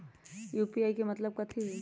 UPI के मतलब कथी होई?